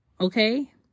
Okay